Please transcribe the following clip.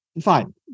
Fine